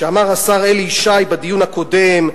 שאמר השר אלי ישי בדיון הקודם,